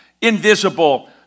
invisible